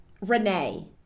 renee